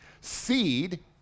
Seed